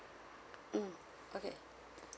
mm okay